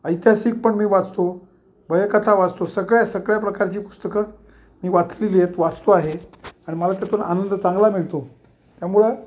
ऐतिहासिक पण मी वाचतो भयकथा वाचतो सगळ्या सगळ्या प्रकारची पुस्तकं मी वाचलेलीत वाचतो आहे आणि मला त्यातून आनंद चांगला मिळतो त्यामुळं